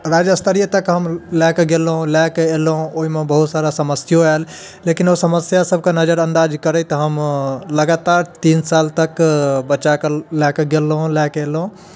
राजस्तरीय तक हम लै कऽ गेलहुँ लै कऽ एलहुँ ओहिमे बहुत सारा समस्यो आएल लेकिन ओ समस्या सभकऽ नजरअन्दाज करैत हम लगातार तीन साल तक बच्चा कऽ लै कऽ गेलहुँ लै कऽ एलहुँ